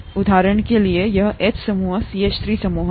के लिये उदाहरण यह H समूह CH3 समूह CH3 और इसी तरह